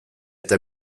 eta